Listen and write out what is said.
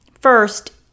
First